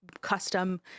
custom